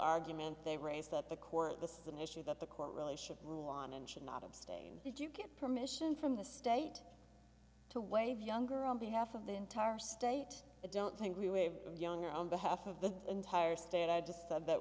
argument they raised up the core of this is an issue that the court really should rule on and should not abstain would you get permission from the state to waive younger on behalf of the entire state i don't think we waive younger on behalf of the entire state i just said that